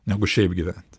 negu šiaip gyventi